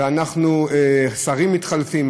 שרים מתחלפים,